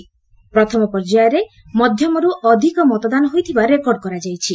ପ୍ରଥମ ପର୍ଯ୍ୟାୟରେ ମଧ୍ୟମରୁ ଅଧିକ ମତଦାନ ହୋଇଥିବା ରେକର୍ଡ କରାଯାଇଛି